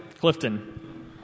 Clifton